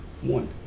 One